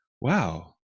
wow